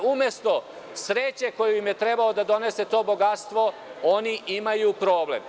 Umesto sreće koju je trebalo da donese to bogatstvo, oni imaju problem.